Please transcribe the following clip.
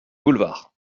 boulevard